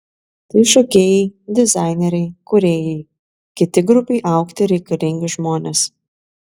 tai šokėjai dizaineriai kūrėjai kiti grupei augti reikalingi žmonės